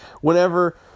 whenever